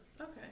Okay